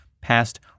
passed